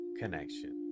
connection